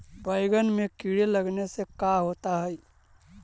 बैंगन में कीड़े लगने से का होता है?